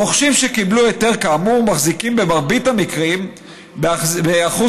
הרוכשים שקיבלו היתר כאמור מחזיקים במרבית המקרים במניות באחוז